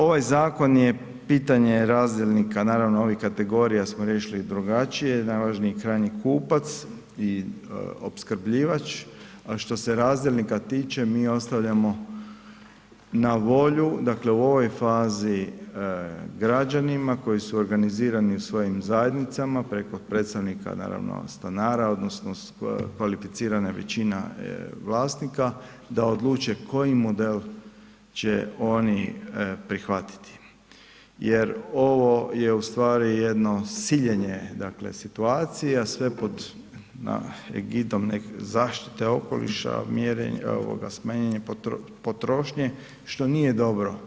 Ovaj zakon je pitanje razdjelnika naravno onih kategorija smo riješili drugačije, najvažniji krajnji kupac i opskrbljivač, a što se razdjelnika tiče mi ostavljamo na volju, dakle u ovoj fazi građanima koji su organizirani u svojim zajednicama preko predstavnika naravno stanara odnosno kvalificirane većina vlasnika da odluče koji model će oni prihvatiti, jer ovo je u stvari jedno siljenje dakle situacije, a sve pod egidom zaštite okoliša, smanjenja potrošnje što nije dobro.